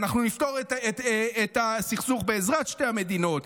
אנחנו נפתור את הסכסוך בעזרת שתי המדינות,